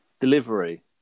Delivery